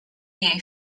jej